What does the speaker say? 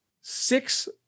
Six